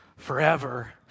forever